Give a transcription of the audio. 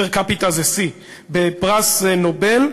פר קפיטה זה שיא בפרס נובל,